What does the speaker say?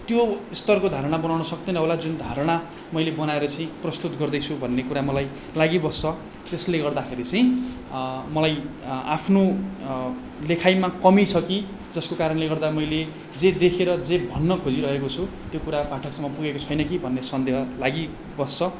त्यो स्तरको धारणा बनाउन सक्तैन होला जुन धारणा मैले बनाएर चाहिँ प्रस्तुत गर्दैछु भन्ने कुरा मलाई लागिबस्छ त्यसले गर्दाखेरि चाहिँ मलाई आफ्नो लेखाइमा कमी छ कि जसको कारणले गर्दा मैले जे देखेर जे भन्न खोजिरहेको छु त्यो कुरा पाठकसम्म पुगेको छैन कि भन्ने सन्देह लागिबस्छ